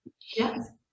yes